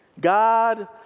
God